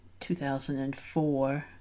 2004